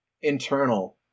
internal